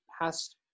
past